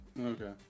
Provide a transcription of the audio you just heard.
Okay